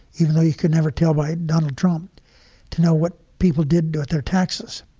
even though you could never tell by donald trump to know what people did with their taxes